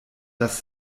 das